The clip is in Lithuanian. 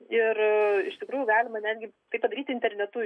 ir iš tikrųjų galima netgi tai padaryti internetu